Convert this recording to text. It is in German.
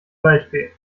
waldfee